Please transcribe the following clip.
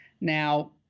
Now